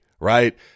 right